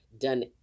done